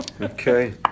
okay